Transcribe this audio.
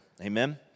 Amen